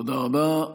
תודה רבה.